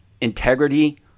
integrity